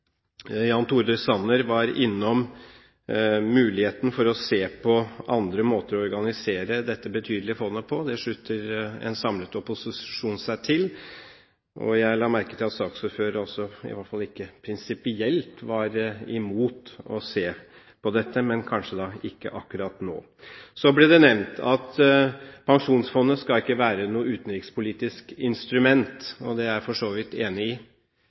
Jan Tore Sanner var innom muligheten for å se på andre måter å organisere dette betydelige fondet på. Det slutter en samlet opposisjon seg til. Jeg la merke til at saksordføreren også i hvert fall ikke prinsipielt var imot å se på dette, men kanskje ikke akkurat nå. Så ble det nevnt at Pensjonsfondet ikke skal være noe utenrikspolitisk instrument, og det er jeg for så vidt enig i.